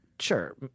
Sure